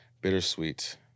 Bittersweet